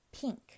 pink